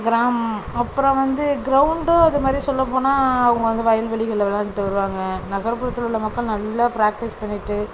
gram அப்புறம் வந்து க்ரௌண்டும் அதுமாதிரி சொல்லப்போனால் அவங்க வந்து வயல்வெளிகளில் விளையாண்டுட்டு வருவாங்க நகரப்புறத்தில் உள்ள மக்கள் நல்ல ப்ராக்டிஸ் பண்ணிவிட்டு